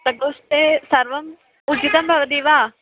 प्रकोष्ठे सर्वम् उचितं भवति वा